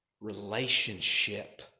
relationship